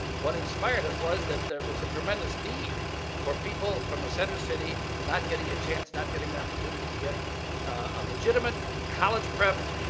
what inspired us was that there there is a tremendous need for people from the center city not getting a chance, not getting an opportunity to get a legitimate college prep,